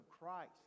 Christ